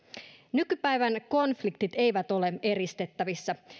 nykypäivän konfliktit eivät ole eristettävissä